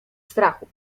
strachu